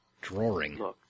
drawing